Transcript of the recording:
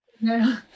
No